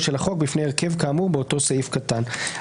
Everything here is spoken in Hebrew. של החוק בפני הרכב כאמור באותו סעיף קטן.